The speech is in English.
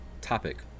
topic